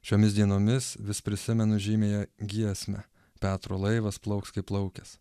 šiomis dienomis vis prisimenu žymiąją giesmę petro laivas plauks kaip plaukęs